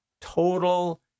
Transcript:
total